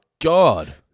God